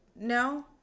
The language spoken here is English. no